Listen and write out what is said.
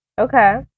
Okay